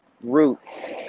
Roots